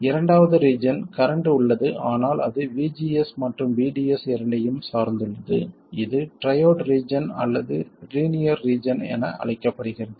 இரண்டாவது region current உள்ளது ஆனால் அது VGS மற்றும் VDS இரண்டையும் சார்ந்துள்ளது இது ட்ரையோட் ரீஜன் அல்லது லீனியர் ரீஜன் என அழைக்கப்படுகிறது